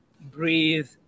breathe